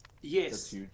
yes